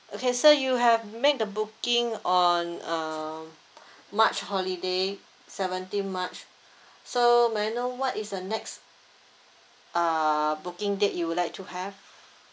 okay so you have made the booking on um march holiday seventeen march so may I know what is the next uh booking date you would like to have